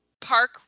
Park